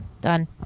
done